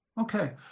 okay